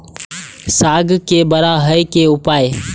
साग के बड़ा है के उपाय?